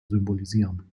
symbolisieren